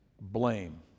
Blame